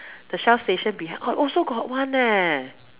the shell station behind also got one leh